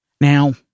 Now